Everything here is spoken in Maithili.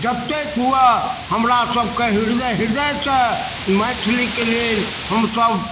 जतेक हुअ हमरा सबके हृदय हृदयसँ मैथिलीके लेल हमसब